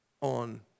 on